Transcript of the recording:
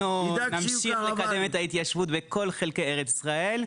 אנחנו נמשיך לקדם את ההתיישבות בכל חלקי ארץ ישראל,